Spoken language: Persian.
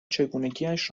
چگونگیاش